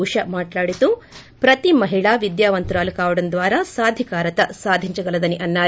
ఉషా మాట్లాడుతూ ప్రతీ మహిళ విద్యావంతురాలు కావడం ద్వారా సాధికారత సాధించగలదని అన్నారు